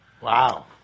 Wow